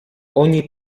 ogni